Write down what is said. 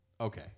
Okay